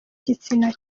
igitsina